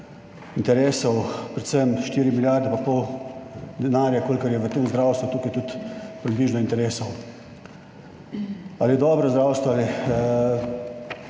interesov, predvsem 4 milijarde pa pol denarja kolikor je v tem zdravstvu tukaj je tudi približno interesov. Ali je dobro zdravstvo ali